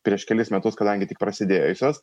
prieš kelis metus kadangi tik prasidėjusios